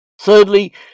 Thirdly